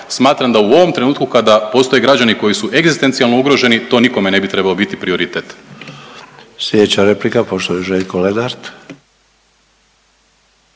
smatram da u ovom trenutku kada postoje građani koji su egzistencijalno ugroženi, to nikome ne bi trebao biti prioritet. **Sanader, Ante (HDZ)** Sljedeća replika, poštovani Željko Lenart.